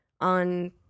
on